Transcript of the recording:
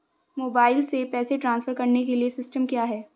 Mobile से पैसे transfer करने के लिए सिस्टम क्या है?